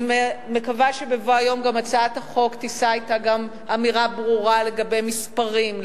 אני מקווה שבבוא היום הצעת החוק גם תישא אתה אמירה ברורה לגבי מספרים,